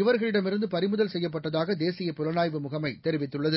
இவர்களிடமிருந்து பறிமுதல் செய்யட்பட்டதாக தேசிய புலனாய்வு முகமை தெரிவித்துள்ளது